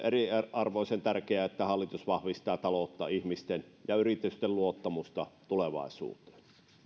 ensiarvoisen tärkeää että hallitus vahvistaa taloutta sekä ihmisten ja yritysten luottamusta tulevaisuuteen